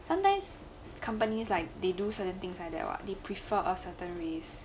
sometimes companies like they do certain things like that what they prefer of certain race